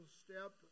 step